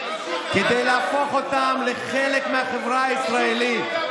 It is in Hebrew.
כדי להפוך אותם לחלק מהחברה הישראלית,